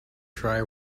tri